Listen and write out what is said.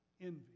envy